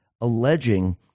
alleging